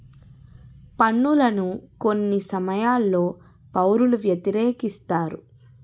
పన్నులను కొన్ని సమయాల్లో పౌరులు వ్యతిరేకిస్తారు